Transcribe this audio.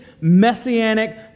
messianic